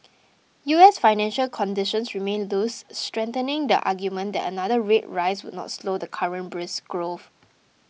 U S financial conditions remain loose strengthening the argument that another rate rise would not slow the current brisk growth